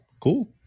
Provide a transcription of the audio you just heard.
cool